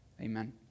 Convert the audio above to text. Amen